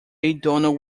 donald